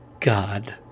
God